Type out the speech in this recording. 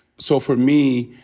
so for me,